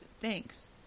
thanks